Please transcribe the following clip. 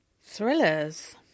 Thrillers